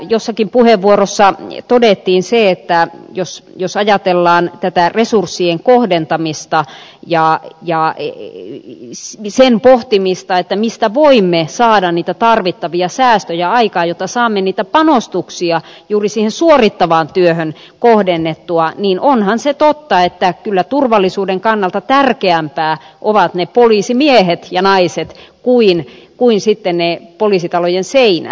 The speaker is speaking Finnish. jossakin puheenvuorossa todettiin se että jos ajatellaan tätä resurssien kohdentamista ja sen pohtimista mistä voimme saada niitä tarvittavia säästöjä aikaan jotta saamme niitä panostuksia juuri siihen suorittavaan työhön kohdennettua niin onhan se totta että kyllä turvallisuuden kannalta tärkeämpiä ovat ne poliisimiehet ja naiset kuin poliisitalojen seinät